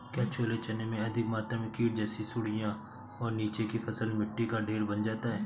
क्या छोले चने में अधिक मात्रा में कीट जैसी सुड़ियां और नीचे की फसल में मिट्टी का ढेर बन जाता है?